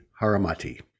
Haramati